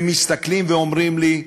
הם מסתכלים ואומרים לי: